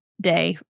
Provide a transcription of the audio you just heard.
day